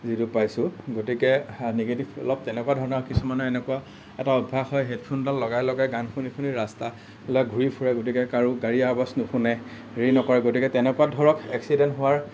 যিটো পাইছোঁ গতিকে নিগেটিভ অলপ তেনেকুৱা ধৰণৰ কিছুমানৰ এনেকুৱা এটা অভ্যাস হয় হেডফোনডাল লগাই লগাই গান শুনি শুনি ৰাস্তা ফালে ঘূৰি ফুৰে গতিকে কাৰো গাড়ীৰ আৱাজ নুশুনে হেৰি নকৰে গতিকে তেনেকুৱা ধৰক এক্সিডেণ্ট হোৱাৰ